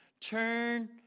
Turn